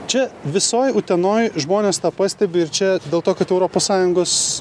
čia visoj utenoj žmonės tą pastebi ir čia dėl to kad europos sąjungos